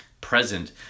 present